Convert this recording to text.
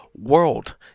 world